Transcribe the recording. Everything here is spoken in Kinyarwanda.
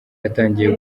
yatangiye